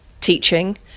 teaching